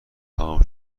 تموم